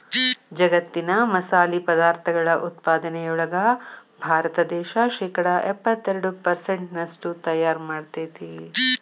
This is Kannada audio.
ಜಗ್ಗತ್ತಿನ ಮಸಾಲಿ ಪದಾರ್ಥಗಳ ಉತ್ಪಾದನೆಯೊಳಗ ಭಾರತ ದೇಶ ಶೇಕಡಾ ಎಪ್ಪತ್ತೆರಡು ಪೆರ್ಸೆಂಟ್ನಷ್ಟು ತಯಾರ್ ಮಾಡ್ತೆತಿ